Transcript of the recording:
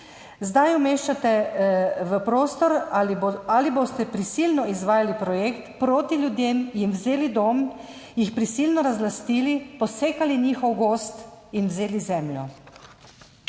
Zdaj umeščate v prostor. Zanima me: Ali boste prisilno izvajali projekt, proti ljudem, jim vzeli dom, jih prisilno razlastili, posekali njihov gozd in jim vzeli zemljo?